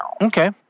Okay